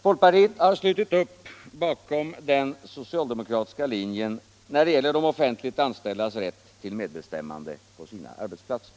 Folkpartiet har slutit upp bakom den socialdemokratiska linjen när det gäller de offentligt anställdas rätt till medbestämmande på sina arbetsplatser.